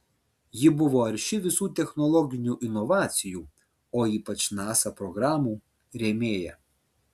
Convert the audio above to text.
ji buvo arši visų technologinių inovacijų o ypač nasa programų rėmėja